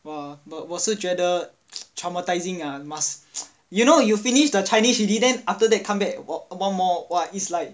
!wah! but 我是觉得 traumatizing ah must you know you finish the chinese already then after that come back one more !wah! it's like